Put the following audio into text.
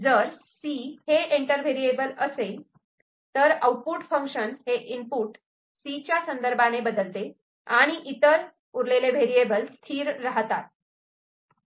जर 'C' हे enter variable असेल तर आउटपुट फंक्शन हे इनपुट 'C' च्या संदर्भाने बदलते आणि इतर व्हेरिएबल स्थिर राहतात